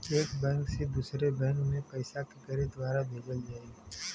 एक बैंक से दूसरे बैंक मे पैसा केकरे द्वारा भेजल जाई?